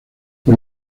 por